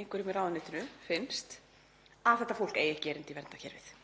einhverjum í ráðuneytinu finnst, að þetta fólk eigi ekki erindi í verndarkerfið.